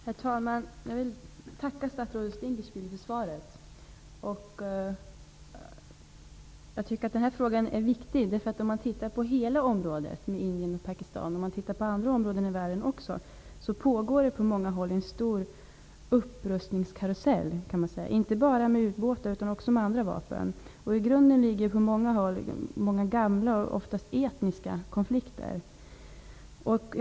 Herr talman! Jag tackar statsrådet Dinkelspiel för svaret. Jag tycker att denna fråga är viktig. Om man ser på hela området med Indien och Pakistan och även andra områden i världen, finner man att det på många håll pågår en stor upprustningskarusell, inte bara när det gäller ubåtar utan också när det gäller andra vapen. I grunden ligger på flera håll många gamla och oftast etniska konflikter.